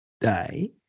day